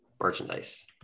merchandise